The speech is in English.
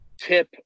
tip